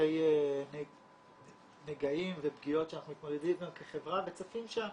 שני נגעים ופגיעות שאנחנו מתמודדים עמן כחברה וצפות שם.